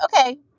Okay